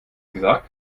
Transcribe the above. gesagt